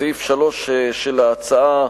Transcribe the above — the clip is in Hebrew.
סעיף 3 של ההצעה,